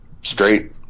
Straight